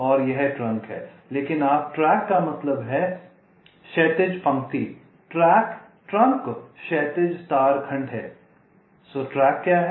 और यह ट्रंक है लेकिन आप ट्रैक का मतलब है क्षैतिज पंक्ति ट्रंक क्षैतिज तार खंड है इसलिए ट्रैक क्या है